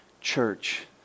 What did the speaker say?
church